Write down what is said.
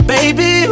Baby